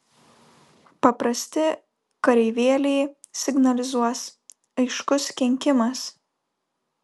paprasti kareivėliai signalizuos aiškus kenkimas